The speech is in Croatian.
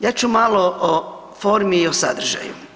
Ja ću malo o formi i o sadržaju.